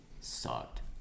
sucked